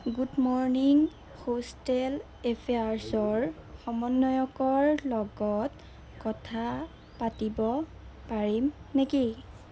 good morning hostel এফেয়াৰ্ছৰ সমন্বয়কৰ লগত কথা পাতিব পাৰিম নেকি